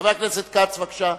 חבר הכנסת כץ, בבקשה.